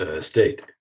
state